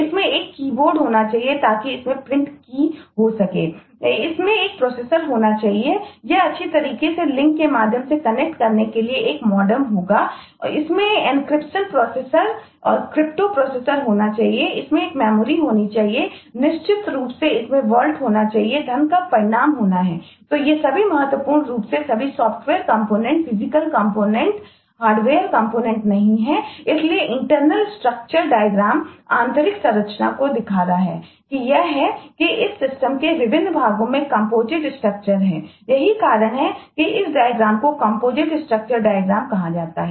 इसमें एक प्रोसेसर कहा जाता है